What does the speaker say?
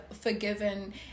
forgiven